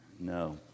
No